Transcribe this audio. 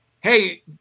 hey